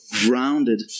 grounded